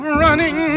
running